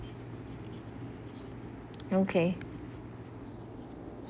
okay